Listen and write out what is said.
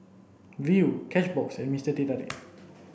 Viu Cashbox and Mister Teh Tarik